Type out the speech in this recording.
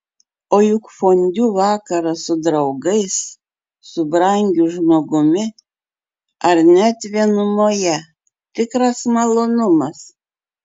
o juk fondiu vakaras su draugais su brangiu žmogumi ar net vienumoje tikras malonumas